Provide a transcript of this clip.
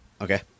Okay